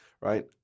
right